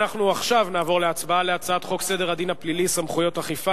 עכשיו נעבור להצבעה על הצעת חוק סדר הדין הפלילי (סמכויות אכיפה,